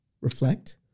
reflect